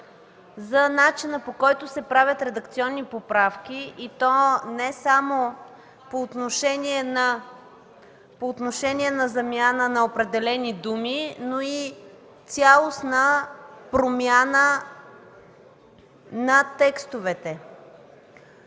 за начина, по който се правят редакционни поправки, и то не само по отношение на замяна на определени думи, но и цялостна промяна на текстовете.